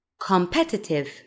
Competitive